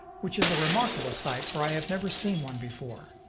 which is a remarkable sight, for i have never seen one before.